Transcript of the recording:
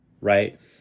right